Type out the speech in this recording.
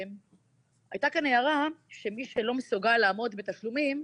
הייתה כאן הערה שמי שלא מסוגל לעמוד בתשלומים,